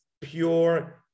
pure